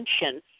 attention